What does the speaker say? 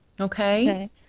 Okay